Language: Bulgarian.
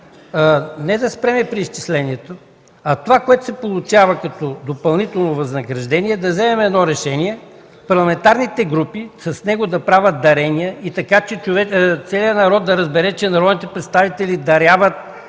не да спрем преизчислението, а това, което се получава като допълнително възнаграждение, да вземем решение с него парламентарните групи да правят дарения, така че целият народ да разбере, че народните представители даряват...